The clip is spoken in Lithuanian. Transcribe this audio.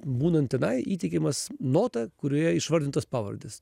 būnant tenai įteikiamas nota kurioje išvardintos pavardės